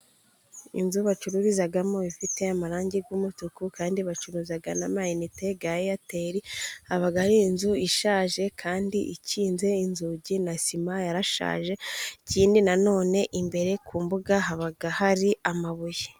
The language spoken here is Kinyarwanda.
Inzu bacururizamo ifite amarangi y'umutuku, kandi bacuruza n'amayinite ya eyateri, haba hari inzu ishaje, kandi ikinze inzugi na sima yarashaje, ikindi na none imbere ku mbuga haba hari amabuye.